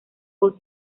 con